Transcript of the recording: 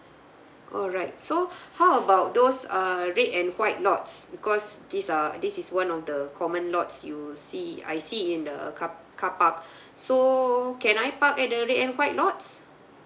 alright so how about those uh red and white lots because this are this is one of the common lots you see I see in the car car park so can I park at the red and white lots